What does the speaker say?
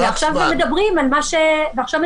-- ועכשיו מדברים על מה שהיה.